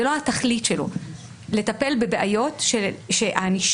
זה לא התכלית שלו לטפל בבעיות שהענישה